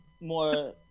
more